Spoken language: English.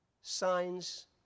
Signs